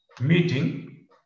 meeting